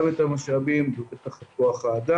גם את המשאבים ובטח את כוח האדם.